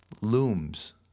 looms